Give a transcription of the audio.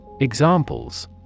Examples